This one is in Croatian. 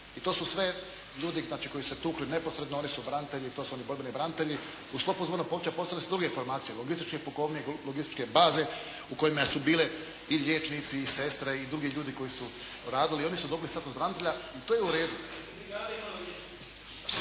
I to su sve ljudi znači koji su se tukli neposredno. Oni su branitelji i to su oni borbeni branitelji. U sklopu …/Govornik se ne razumije./… postojale su druge formacije: logističke pukovnije, logističke baze u kojima su bili i liječnici i sestre i drugi ljudi koji su radili. I oni su dobili status branitelja. To je u redu.